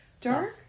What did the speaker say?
dark